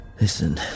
listen